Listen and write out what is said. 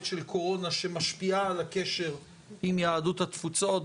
של קורונה שמשפיעה על הקשר עם יהדות התפוצות.